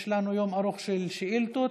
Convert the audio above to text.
יש לנו יום ארוך של שאילתות.